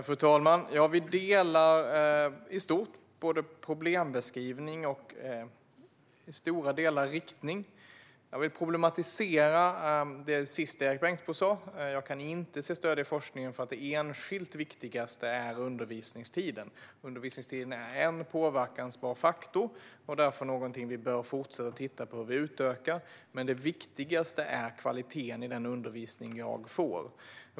Fru talman! Vi delar i stort både problembeskrivningen och i stora delar riktning. Jag vill problematisera det sista Erik Bengtzboe sa. Jag kan inte se stöd i forskningen för att det enskilt viktigaste skulle vara undervisningstiden. Undervisningstiden är en påverkbar faktor och därför någonting vi bör fortsätta att titta på hur vi ska utöka, men det viktigaste är kvaliteten i den undervisning eleverna får.